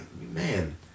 man